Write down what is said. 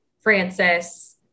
Francis